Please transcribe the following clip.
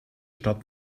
stadt